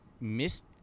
missed